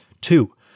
Two